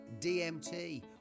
DMT